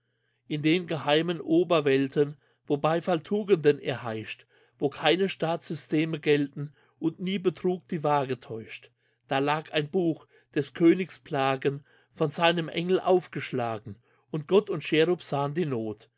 in den geheimen oberwelten wo beifall tugenden erheischt wo keine staatssysteme gelten und nie betrug die waage täuscht da lag ein buch des königs plagen von seinem engel aufgeschlagen und gott und cherub sahn die noth